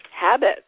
habit